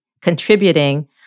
contributing